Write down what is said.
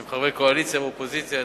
עם חברי קואליציה ואופוזיציה,